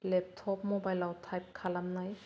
laptop मबाइलाव type खालामनाय